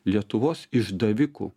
lietuvos išdavikų